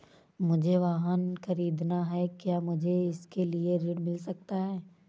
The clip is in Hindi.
मुझे वाहन ख़रीदना है क्या मुझे इसके लिए ऋण मिल सकता है?